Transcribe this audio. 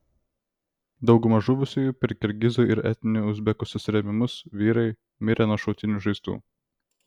dauguma žuvusiųjų per kirgizų ir etninių uzbekų susirėmimus vyrai mirę nuo šautinių žaizdų